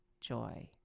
joy